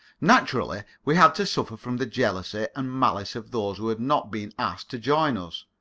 naturally, we had to suffer from the jealousy and malice of those who had not been asked to join us,